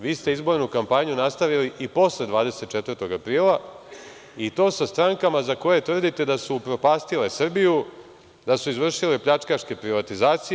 Vi ste izbornu kampanju nastavili i posle 24. aprila i to sa strankama za koje tvrdite da su upropastile Srbiju, da su izvršile pljačkaške privatizacije.